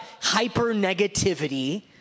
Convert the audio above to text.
hyper-negativity